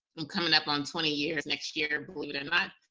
i'm coming up on twenty years next year, believe it or not.